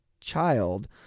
child